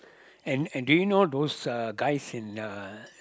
and and do you know those uh guys in uh